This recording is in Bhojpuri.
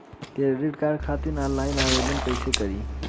क्रेडिट कार्ड खातिर आनलाइन आवेदन कइसे करि?